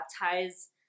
baptize